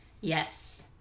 Yes